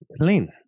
clean